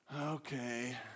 Okay